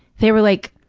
they were like,